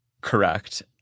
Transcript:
Correct